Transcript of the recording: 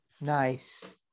Nice